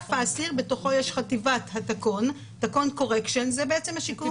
אגף האסיר שבתוכו יש את חטיבת התקון Correction זה חינוך,